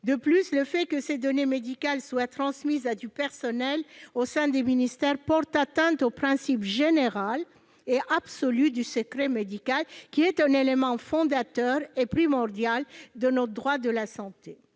De plus, le fait que ces données médicales soient transmises à des membres du personnel des ministères porte atteinte au principe général et absolu du secret médical, qui est un élément fondateur et primordial de notre droit de la santé.